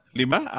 lima